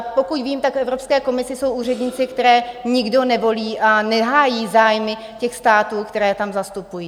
Pokud vím, tak v Evropské komisi jsou úředníci, které nikdo nevolí a nehájí zájmy těch států, které tam zastupují.